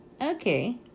Okay